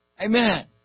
Amen